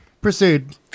Proceed